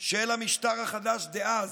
של המשטר החדש דאז,